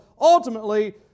ultimately